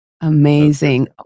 amazing